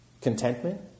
Contentment